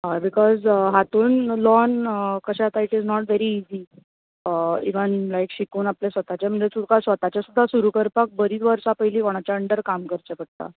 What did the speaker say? हय बिकोझ हातूंत लॉअन कशे आतां it is not very easy even like शिकून आपल्या स्वताच्या हेजेर स्वताचे सुद्दां तें सुरू करपाक बरीच वर्सां पयली कोणाच्या अंडर काम करचें पडटा